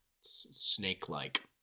snake-like